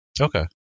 Okay